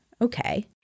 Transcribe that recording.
Okay